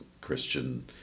Christian